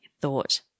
thought